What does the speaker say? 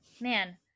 man